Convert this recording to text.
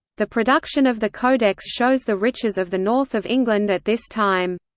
the production of the codex shows the riches of the north of england at this time.